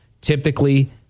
typically